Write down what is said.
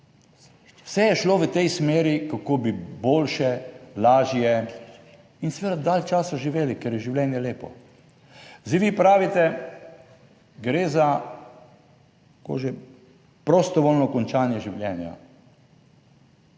vse je šlo v tej smeri, kako bi boljše, lažje in seveda dalj časa živeli, ker je življenje lepo. Zdaj vi pravite, gre za, kako že, prostovoljno končanje življenja.